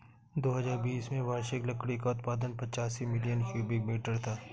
दो हजार बीस में वार्षिक लकड़ी का उत्पादन पचासी मिलियन क्यूबिक मीटर था